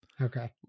Okay